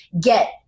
get